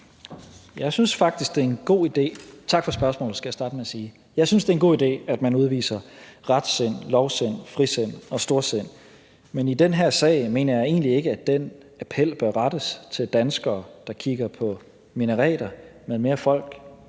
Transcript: Jeg synes faktisk, det er en god idé, at man udviser retsind, lovsind, frisind og storsind, men i den her sag mener jeg egentlig ikke, at den appel bør rettes til danskere, der kigger på minareter, men mere til